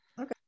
Okay